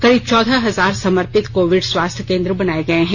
करीब चौदह हजार समर्पित कोविड स्वास्थ्य केंद्र बनाए गए हैं